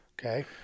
Okay